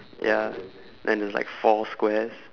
ya then there's like four squares